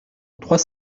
trois